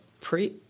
pre